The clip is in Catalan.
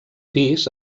pis